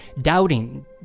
doubting